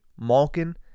Malkin